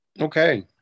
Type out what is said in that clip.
Okay